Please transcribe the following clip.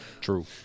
True